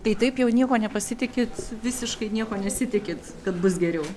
tai taip jau niekuo nepasitikit visiškai nieko nesitikit kad bus geriau